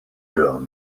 down